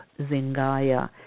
Zingaya